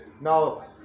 now